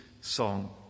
song